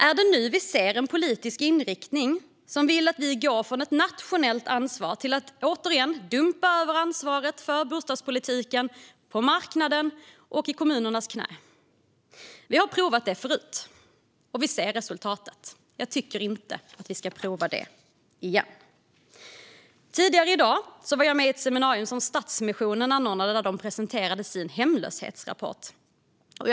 Är det nu vi ser en politisk inriktning som vill att vi går från ett nationellt ansvar till att återigen dumpa över ansvaret för bostadspolitiken på marknaden och i kommunernas knä? Det har vi provat förut, och vi ser resultatet. Jag tycker inte att vi ska prova det igen. Tidigare i dag var jag med i ett seminarium som Stadsmissionen anordnade och där deras senaste hemlöshetsrapport presenterades.